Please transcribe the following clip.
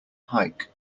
hike